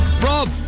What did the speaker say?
Rob